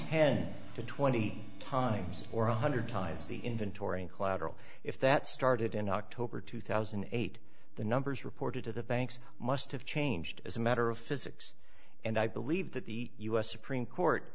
ten to twenty times or one hundred times the inventory in collateral if that started in october two thousand and eight the numbers reported to the banks must have changed as a matter of physics and i believe that the us supreme court